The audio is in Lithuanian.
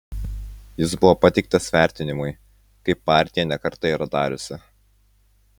jis buvo pateiktas vertinimui kaip partija ne kartą yra dariusi